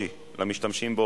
הצעת חוק הגנת הצרכן (תיקון מס' 30)